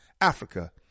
Africa